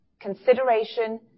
consideration